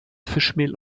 fischmehl